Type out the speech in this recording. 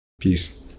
peace